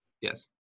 Yes